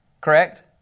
Correct